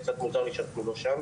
קצת מוזר שאנחנו לא שם.